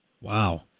Wow